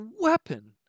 weapon